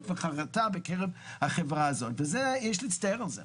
וחרטה בקרב החברה הזאת וזה יש להצטער על זה.